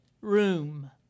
room